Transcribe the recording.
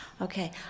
Okay